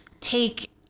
take